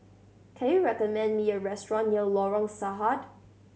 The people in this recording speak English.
can you recommend me a restaurant near Lorong Sarhad